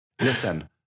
Listen